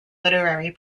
literary